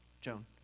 Joan